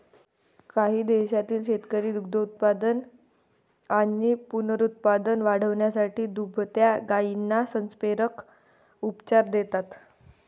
काही देशांतील शेतकरी दुग्धोत्पादन आणि पुनरुत्पादन वाढवण्यासाठी दुभत्या गायींना संप्रेरक उपचार देतात